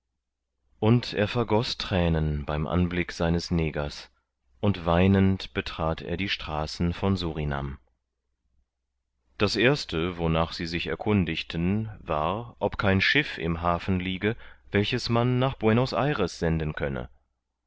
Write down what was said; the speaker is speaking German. und er vergoß thränen beim anblick seines negers und weinend betrat er die straßen von surinam das erste wonach sie sich erkundigten war ob kein schiff im hafen liege welches man nach buenos ayres senden könne